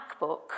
MacBook